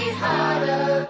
harder